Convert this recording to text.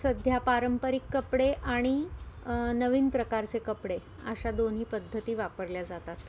सध्या पारंपरिक कपडे आणि नवीन प्रकारचे कपडे अशा दोन्ही पद्धती वापरल्या जातात